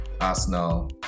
Arsenal